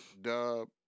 Dub